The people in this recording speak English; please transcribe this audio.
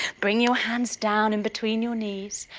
bring your hands down in between your knees,